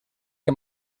que